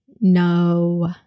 no